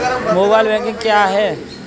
Mobile banking क्या है?